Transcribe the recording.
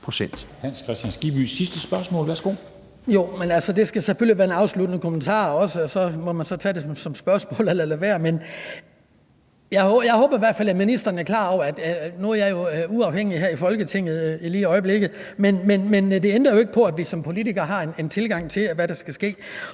Hans Kristian Skibby (UFG): Jo, men det skal selvfølgelig være en afsluttende kommentar, og så kan man tage det som et spørgsmål eller lade være. Nu er jeg jo uafhængig her i Folketinget lige i øjeblikket, men det ændrer jo ikke på, at vi som politikere har en tilgang til, hvad der skal ske.